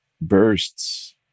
bursts